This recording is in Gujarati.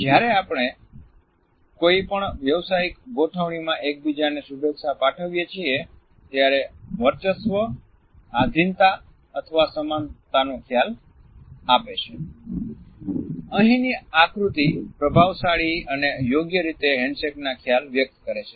જ્યારે આપણે કોઈ પણ વ્યવસાયિક ગોઠવણીમાં એકબીજાને શુભેચ્છા પાઠવીએ છીએ ત્યારે વર્ચસ્વ આધીનતા અથવા સમાનતાનો ખ્યાલ આપે છે અહીંની આકૃતિ પ્રભાવશાળી અને યોગ્ય રીતે હેન્ડશેકના ખ્યાલ વ્યક્ત કરે છે